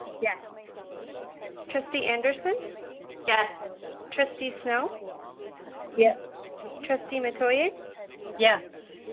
yes trustee anderson yes trustee snell yes trustee metoyer yes